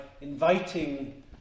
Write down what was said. inviting